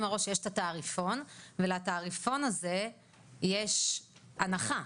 מראש שיש את התעריפון ולתעריפון הזה יש הנחה,